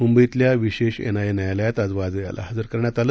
मुंबईतल्या विशेष एनआयए न्यायालयात आज वाजे याला हजर करण्यात आलं